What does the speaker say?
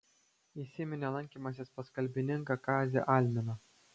įsiminė lankymasis pas kalbininką kazį alminą